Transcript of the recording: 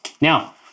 Now